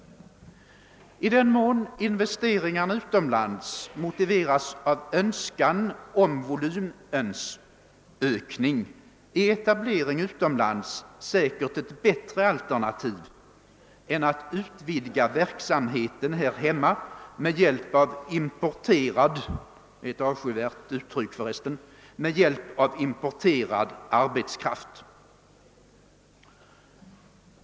I den mån investeringarna motiveras av önskan om volymökning är etablering utomlands ofta ett bättre alternativ än att utvidga verksamheten här hemma med hjälp av importerad — ett avskyvärt uttryck — arbetskraft.